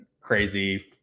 crazy